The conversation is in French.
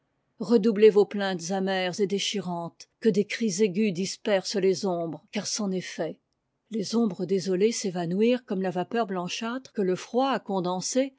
redoublez vos plaintes amères et déchirantes que des cris aigus dispersent les ombres car c'en est fait les ombres désolées s'évanouirent comme la vapeur blanchâtre que le froid a condensée